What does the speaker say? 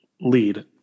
lead